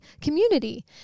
community